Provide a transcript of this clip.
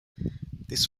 this